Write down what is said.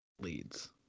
leads